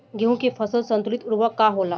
गेहूं के फसल संतुलित उर्वरक का होला?